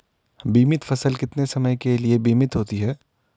बीमित फसल कितने समय के लिए बीमित होती है?